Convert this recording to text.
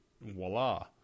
voila